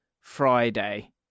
Friday